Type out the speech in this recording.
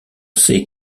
sait